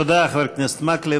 תודה, חבר הכנסת מקלב.